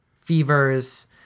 fevers